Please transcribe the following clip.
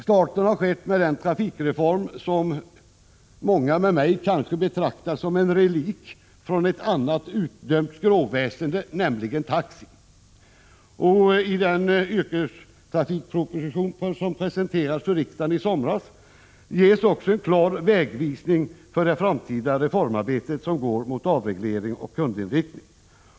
Starten har skett med den trafikreform som berör vad många med mig kanske betraktar som en relikt från ett utdömt skråväsende, nämligen taxi. I den yrkestrafikproposition som presenterades för riksdagen i somras ges också en klar vägvisning för det framtida reformarbete som går mot avreglering och kundinriktning.